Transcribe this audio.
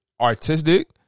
artistic